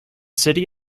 city